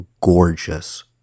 gorgeous